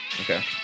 Okay